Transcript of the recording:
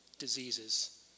diseases